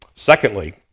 Secondly